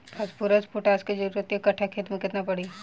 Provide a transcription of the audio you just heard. Phosphorus potash के जरूरत एक कट्ठा खेत मे केतना पड़ी?